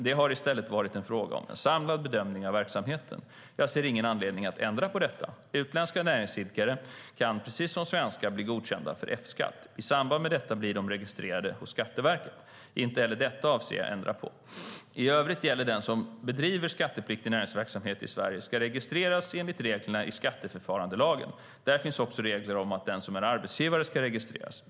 Det har i stället varit fråga om en samlad bedömning av verksamheten. Jag ser ingen anledning att ändra på detta. Utländska näringsidkare kan, precis som svenska, bli godkända för F-skatt. I samband med detta blir de registrerade hos Skatteverket. Inte heller detta avser jag att ändra på. I övrigt gäller att den som bedriver skattepliktig näringsverksamhet i Sverige ska registreras enligt reglerna i skatteförfarandelagen. Där finns också regler om att den som är arbetsgivare ska registreras.